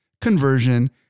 conversion